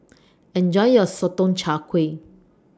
Enjoy your Sotong Char Kway